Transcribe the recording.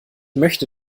möchte